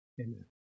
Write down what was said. Amen